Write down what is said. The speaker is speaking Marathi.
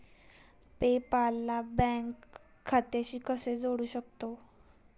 पे पाल ला बँक खात्याशी कसे जोडू शकतो?